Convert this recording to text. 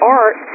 art